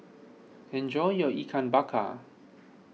enjoy your Ikan Bakar